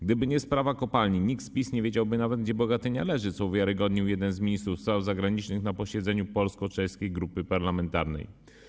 Gdyby nie sprawa kopalni, nikt z PiS nie wiedziałby nawet, gdzie Bogatynia leży, co uwiarygodnił jeden z ministrów spraw zagranicznych na posiedzeniu Polsko-Czeskiej Grupy Parlamentarnej.